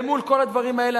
אל מול כל הדברים האלה,